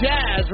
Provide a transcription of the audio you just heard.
Jazz